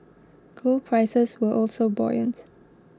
gold prices were also buoyant